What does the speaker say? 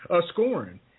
scoring